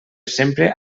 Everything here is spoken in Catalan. sempre